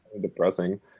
Depressing